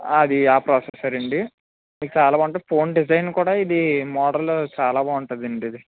అది ఆ ప్రోసెసర్ అండి చాలా బాగుంటుంది ఫోన్ డిజైన్ కూడా ఇది మోడల్ చాలా బాగుంటుందండి ఇది